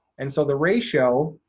and so the ratio